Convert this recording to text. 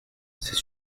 c’est